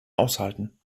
aushalten